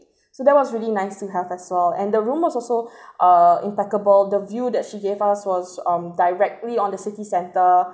so that was really nice to have as well and the room was also uh impeccable the view that she gave us was um directly on the city centre